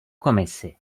komisi